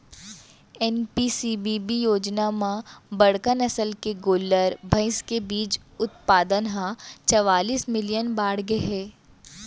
NPCBB योजना म बड़का नसल के गोल्लर, भईंस के बीज उत्पाउन ह चवालिस मिलियन बाड़गे गए हे